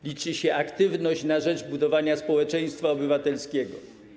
Liczy się aktywność na rzecz budowania społeczeństwa obywatelskiego.